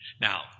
Now